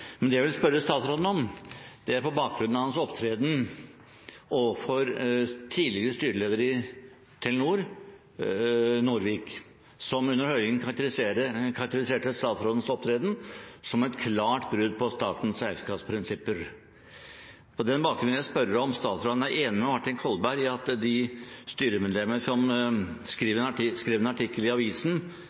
Men det jeg vil spørre statsråden om, er: På bakgrunn av hans opptreden overfor tidligere styreleder i Telenor, Norvik, som under høringen karakteriserte statsrådens opptreden som et klart brudd på statens eierskapsprinsipper, vil jeg spørre om statsråden er enig med Martin Kolberg i at de styremedlemmer som skrev en artikkel i